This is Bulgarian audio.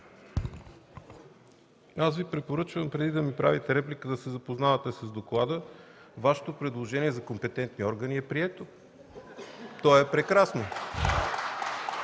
Препоръчвам Ви преди да ми правите реплика да се запознавате с доклада. Вашето предложение за „Компетентни органи“ е прието. То е прекрасно.